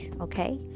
okay